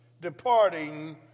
departing